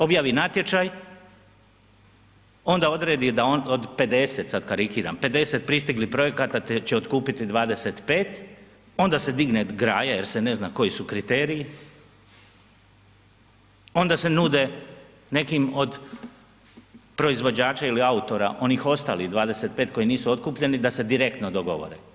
Objavi natječaj, onda odredi da od 50, sad karikiram 50 pristiglih projekata, te će otkupiti 25, onda se digne graja jer se ne zna koji su kriteriji, onda se nude nekim od proizvođača ili autora onih ostalih 25 koji nisu otkupljeni da se direktno dogovore.